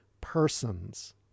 persons